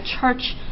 church